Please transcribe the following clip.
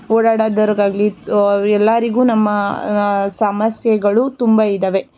ಓಡಾಡೋದೊರ್ಗಾಗ್ಲಿ ಎಲ್ಲರಿಗೂ ನಮ್ಮ ಸಮಸ್ಯೆಗಳು ತುಂಬ ಇದಾವೆ